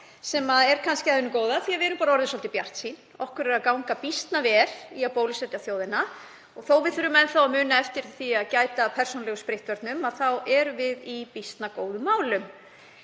sem er kannski af hinu góða því að við erum bara orðin svolítið bjartsýn. Okkur gengur býsna vel í að bólusetja þjóðina og þó að við þurfum enn að muna eftir því að gæta að persónulegum sóttvörnum þá erum við í býsna góðum málum.